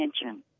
attention